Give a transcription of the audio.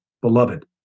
beloved